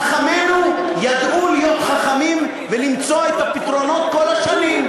חכמינו ידעו להיות חכמים ולמצוא את הפתרונות כל השנים.